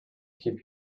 keep